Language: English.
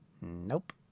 Nope